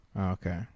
Okay